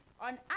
on